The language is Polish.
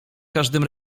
każdym